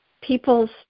people's